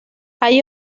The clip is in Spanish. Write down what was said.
hay